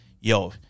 yo